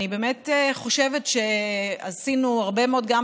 אני באמת חושבת שעשינו הרבה מאוד מאמצים,